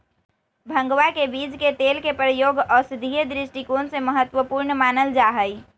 भंगवा के बीज के तेल के प्रयोग औषधीय दृष्टिकोण से महत्वपूर्ण मानल जाहई